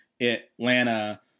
atlanta